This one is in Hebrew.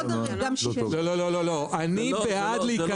זה לא רזולוציה.